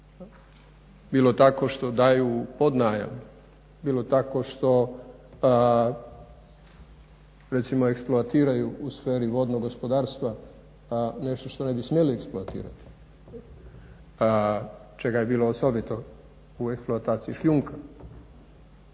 bilo tako što daju pod najam, bilo tako što recimo eksploatiraju u sferi vodnog gospodarstva nešto što ne bi smjeli eksploatirati, čega je bilo osobito u eksploataciji šljunka,